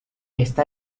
està